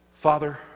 father